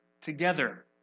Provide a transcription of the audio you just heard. together